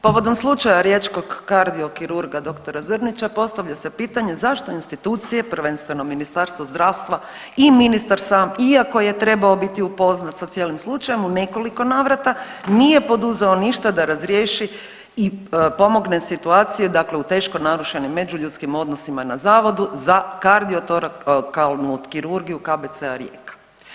Povodom slučaja riječkog kardiokirurga dr. Zrnića postavlja se pitanje zašto institucije, prvenstveno Ministarstvo zdravstva i ministar sam iako je trebao biti upoznat sa cijelim slučajem, u koliko navrata nije poduzeo ništa da razriješi i pomogne situacije dakle u teško narušenim međuljudskim odnosima na Zavodu za kardiotorakalnu kirurgiju KBC-a Rijeka.